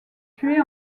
tué